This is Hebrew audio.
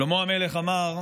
שלמה המלך אמר: